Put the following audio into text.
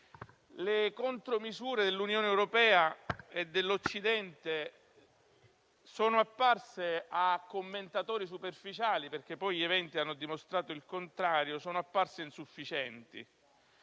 le contromisure dell'Unione europea e dell'Occidente sono apparse, a commentatori superficiali (perché poi gli eventi hanno dimostrato il contrario) insufficienti.